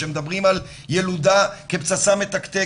שמדברים על ילודה כפצצה מתקתקת,